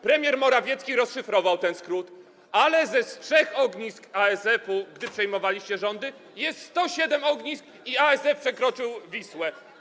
Premier Morawiecki rozszyfrował ten skrót, ale z 3 ognisk ASF-u, gdy przejmowaliście rządy, jest 107 ognisk i ASF przekroczył Wisłę.